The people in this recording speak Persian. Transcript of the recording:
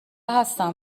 هستم